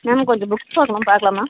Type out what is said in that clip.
ma'am கொஞ்சம் books பார்க்கணும் பார்க்கலாமா